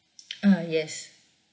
ah yes